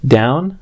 down